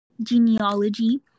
genealogy